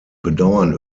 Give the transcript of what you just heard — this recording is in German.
bedauern